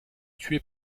tué